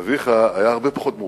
אביך היה הרבה פחות מאופק.